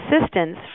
assistance